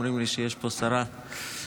אומרים לי שיש שרה שם,